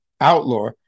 outlaw